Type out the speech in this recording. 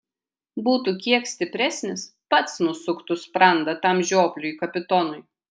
būtų kiek stipresnis pats nusuktų sprandą tam žiopliui kapitonui